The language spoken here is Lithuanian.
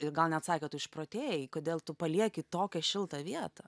ir gal net sakė tu išprotėjai kodėl tu palieki tokią šiltą vietą